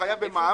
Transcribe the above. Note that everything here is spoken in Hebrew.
הוא חייב במע"מ,